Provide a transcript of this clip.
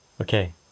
okay